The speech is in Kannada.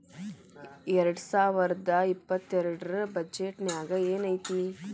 ಎರ್ಡ್ಸಾವರ್ದಾ ಇಪ್ಪತ್ತೆರ್ಡ್ ರ್ ಬಜೆಟ್ ನ್ಯಾಗ್ ಏನೈತಿ?